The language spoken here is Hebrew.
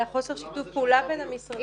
אלא חוסר שיתוף פעולה בין המשרדים?